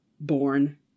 born